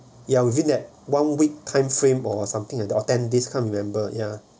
ya within that one week time frame or something like that or ten days I can't remember ya